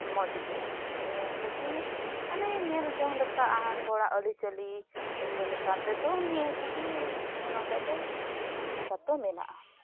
ᱢᱚᱡᱽᱜᱤ ᱱᱤᱭᱟᱹᱠᱩ ᱜᱮ ᱢᱟᱱᱮ ᱧᱮᱞᱡᱚᱝ ᱞᱮᱠᱟ ᱟᱨ ᱦᱚᱲᱟᱜ ᱟᱹᱨᱤᱼᱪᱟᱹᱞᱤ ᱤᱭᱟᱹ ᱞᱮᱠᱟᱛᱮ ᱫᱚ ᱱᱤᱭᱟᱹ ᱠᱩᱜᱤ ᱱᱚᱰᱮᱫᱚ ᱵᱤᱠᱠᱷᱮᱛᱫᱚ ᱢᱮᱱᱟᱜᱼᱟ